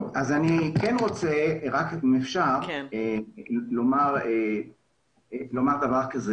אני רוצה, אם אפשר לומר עוד משהו.